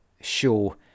show